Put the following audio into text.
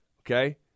Okay